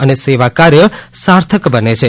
અને સેવાકાર્ય સાર્થક બને છે